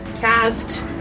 cast